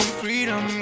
freedom